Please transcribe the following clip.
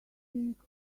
think